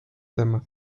tema